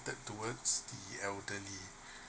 catered towards the elderly